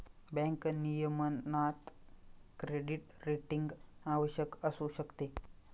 bank नियमनात credit rating आवश्यक असू शकते